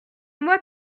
moi